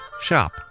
shop